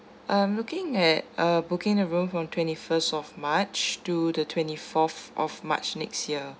I'm looking at uh booking a room from twenty first of march to the twenty fourth of march next year